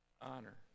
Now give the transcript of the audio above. honor